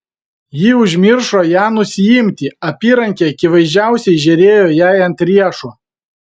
ji užmiršo ją nusiimti apyrankė akivaizdžiausiai žėrėjo jai ant riešo